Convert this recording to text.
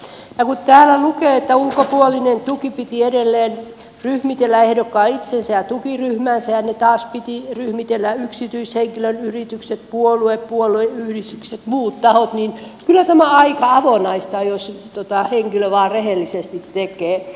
ja kun täällä lukee että ulkopuolinen tuki piti edelleen ryhmitellä ehdokkaan itsensä ja tukiryhmänsä ja ne taas piti ryhmitellä yksityishenkilöt yritykset puolue puolueyhdistykset muut tahot niin kyllä tämä aika avonaista on jos henkilö vain rehellisesti tämän tekee